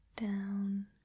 down